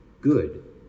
good